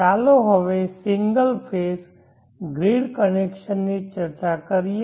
ચાલો હવે single phase grid કનેક્શનની ચર્ચા કરીએ